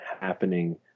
happening